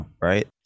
right